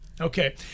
Okay